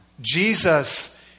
Jesus